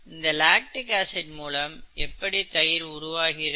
இந்த lactic acid மூலம் எப்படி தயிர் உருவாகிறது